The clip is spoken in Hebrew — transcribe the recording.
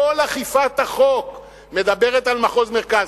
כל אכיפת החוק מדברת על מחוז מרכז,